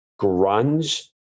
grunge